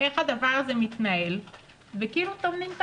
איך הדבר הזה מתנהל וכאילו טומנים את